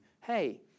hey